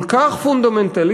כל כך פונדמנטליסטית,